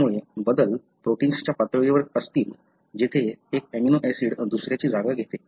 त्यामुळे बदल प्रोटिन्सच्या पातळीवर असतील जेथे एक अमिनो ऍसिड दुसऱ्याची जागा घेते